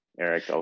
eric